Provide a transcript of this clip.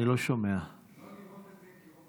היושב-ראש, אני מראש מבקש,